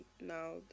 now